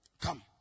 Come